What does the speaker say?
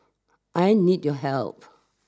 I need your help